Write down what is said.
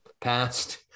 past